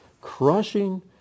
Crushing